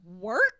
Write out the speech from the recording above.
work